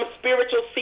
spiritual